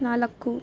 ನಾಲ್ಕು